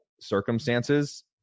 circumstances